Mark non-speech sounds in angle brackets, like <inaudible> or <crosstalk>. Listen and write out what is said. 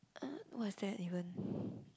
uh what is there even <breath>